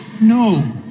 No